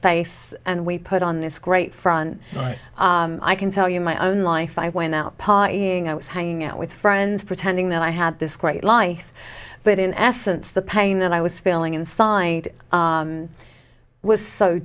face and we put on this great front i can tell you my own life i went out partying i was hanging out with friends pretending that i had this great life but in essence the pain that i was feeling inside was so